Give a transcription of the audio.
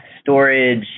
storage